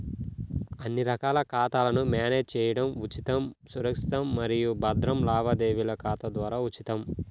అన్ని రకాల ఖాతాలను మ్యానేజ్ చేయడం ఉచితం, సురక్షితం మరియు భద్రం లావాదేవీల ఖాతా ద్వారా ఉచితం